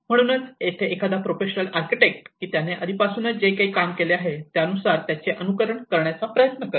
म्हणूनच येथे एखादा प्रोफेशनलआर्किटेक्ट्स की त्याने आधीपासून जे काम केले आहे त्यानुसार त्याचे अनुकरण करण्याचा प्रयत्न करा